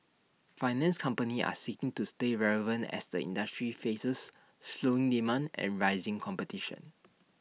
finance companies are seeking to stay relevant as the industry faces slowing demand and rising competition